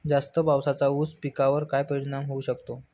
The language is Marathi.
जास्त पावसाचा ऊस पिकावर काय परिणाम होऊ शकतो?